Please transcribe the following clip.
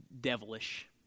devilish